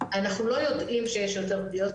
אנחנו לא יודעים שיש יותר פגיעות.